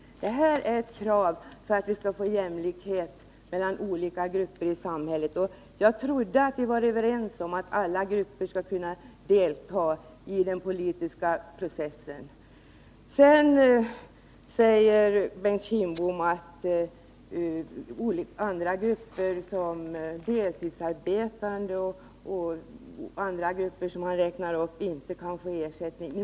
Detta är ett krav för att få jämlikhet mellan olika grupper i samhället. Jag trodde att vi var överens om att alla grupper skall kunna delta i den politiska processen. Bengt Kindbom säger att deltidsarbetande och andra grupper som han räknar upp inte kan få ersättning.